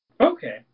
okay